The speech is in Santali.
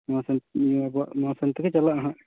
ᱱᱚᱣᱟ ᱟᱵᱳᱣᱟᱜ ᱱᱚᱣᱟ ᱥᱮᱱ ᱛᱮᱜᱮ ᱪᱟᱞᱟᱜᱼᱟ